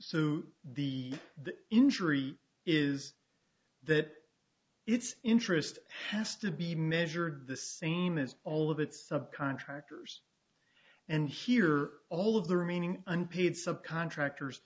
so the injury is that its interest has to be measured the same as all of its subcontractors and here all of the remaining unpaid subcontractors